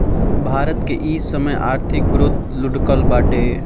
भारत के इ समय आर्थिक ग्रोथ लुढ़कल बाटे